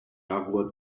jaguar